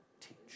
teach